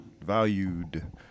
valued